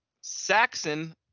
Saxon